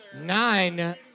nine